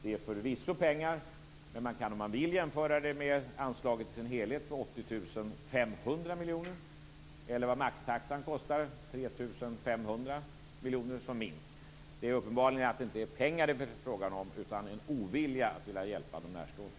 Det är förvisso pengar, men man kan om man vill jämföra det med anslaget i dess helhet på 80 500 miljoner kronor eller vad maxtaxan skulle kosta, nämligen minst 3 500 miljoner kronor. Det är uppenbart att det inte är pengarna som det är fråga om utan en ovilja att vilja hjälpa de närstående.